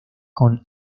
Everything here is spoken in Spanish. con